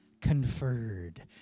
conferred